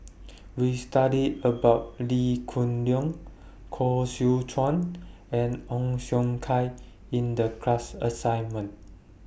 We studied about Lee Hoon Leong Koh Seow Chuan and Ong Siong Kai in The class assignment